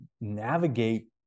navigate